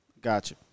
Gotcha